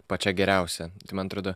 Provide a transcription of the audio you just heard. pačia geriausia man atrodo